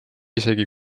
isegi